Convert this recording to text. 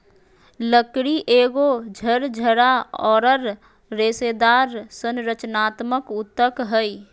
लकड़ी एगो झरझरा औरर रेशेदार संरचनात्मक ऊतक हइ